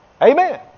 Amen